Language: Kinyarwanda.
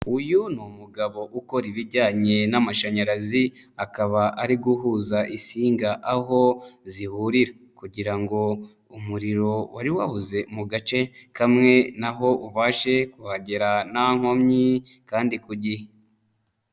Uyu ni umugabo ukora ibijyanye n'amashanyarazi, akaba ari guhuza insinga aho zihurira kugira ngo umuriro wari wabuze mu gace kamwe na ho ubashe kuhagera nta nkomyi kandi ku gihe.